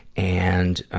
and,